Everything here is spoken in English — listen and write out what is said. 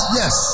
yes